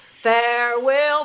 Farewell